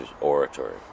oratory